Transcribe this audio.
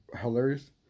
hilarious